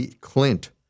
Clint